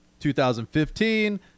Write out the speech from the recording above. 2015